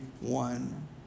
one